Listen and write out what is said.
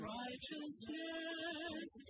righteousness